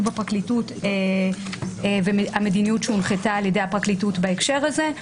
בפרקליטות ובעקבות המדיניות של הפרקליטות בהקשר הזה,